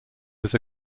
was